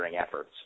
efforts